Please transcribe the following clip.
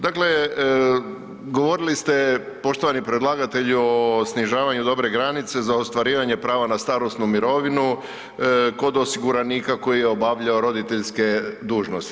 Dakle, govorili ste poštovani predlagatelju o snižavanju dobne granice za ostvarivanje prava na starosnu mirovinu kod osiguranika koji je obavljao roditeljske dužnosti.